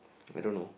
I don't know